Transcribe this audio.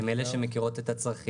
הם אלה שמכירות את הצרכים.